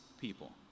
people